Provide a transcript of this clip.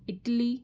Italy